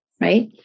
right